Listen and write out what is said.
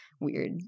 weird